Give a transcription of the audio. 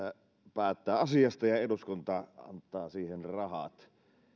päättää asiasta ja eduskunta antaa siihen rahat